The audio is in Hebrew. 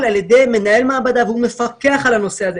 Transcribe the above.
על ידי מנהל מעבדה והוא מפקח על הנושא הזה.